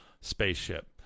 spaceship